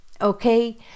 okay